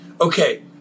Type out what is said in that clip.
Okay